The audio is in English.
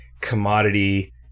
commodity